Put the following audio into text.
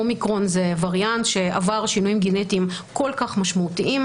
אומיקרון זה וריאנט שעבר שינויים גנטיים כל כך משמעותיים,